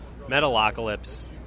Metalocalypse